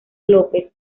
lópez